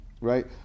right